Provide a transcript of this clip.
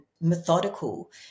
methodical